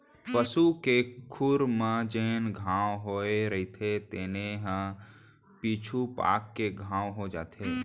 पसू के खुर म जेन घांव होए रइथे तेने ह पीछू पाक के घाव हो जाथे